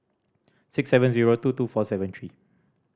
six seven zero two two four seven three